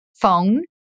phone